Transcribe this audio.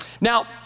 Now